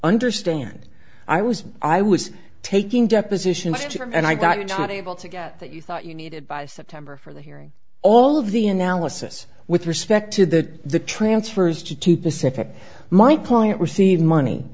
understand i was i was taking depositions and i got you not able to get that you thought you needed by september for the hearing all of the analysis with respect to that the transfers to to pacific my client received money